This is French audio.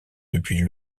depuis